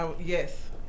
Yes